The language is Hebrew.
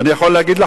אדוני היושב-ראש,